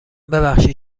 ببخشید